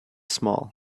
small